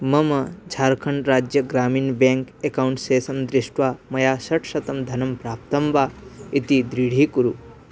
मम झार्खण्ड्राज्यं ग्रामीणः बेङ्क् अकौण्ट् शेषं दृष्ट्वा मया षट्शतं धनं प्राप्तं वा इति दृढीकुरु